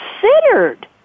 considered